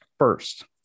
first